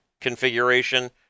configuration